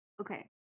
Okay